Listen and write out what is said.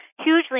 Hugely